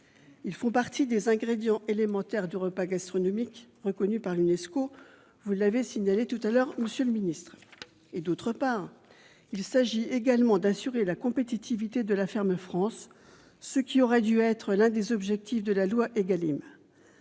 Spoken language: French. Ils font partie des ingrédients élémentaires du repas gastronomique français reconnu par l'Unesco, vous l'avez signalé, monsieur le ministre. D'autre part, il s'agit également d'assurer la compétitivité de la Ferme France, ce qui aurait dû être l'un des objectifs de la loi Égalim.